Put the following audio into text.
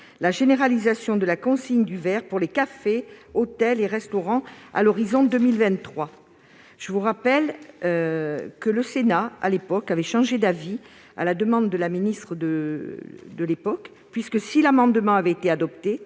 la généralisation de la consigne du verre pour les cafés, hôtels et restaurants à l'horizon de 2023. Je vous rappelle que le Sénat avait à l'époque changé d'avis à la demande de la ministre : l'amendement avait d'abord été adopté,